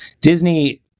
Disney